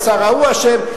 השר ההוא אשם,